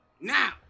Now